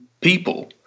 people